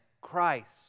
Christ